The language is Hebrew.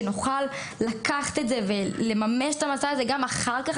שנוכל לקחת את זה ולממש את המסע הזה גם אחר כך,